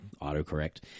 Auto-correct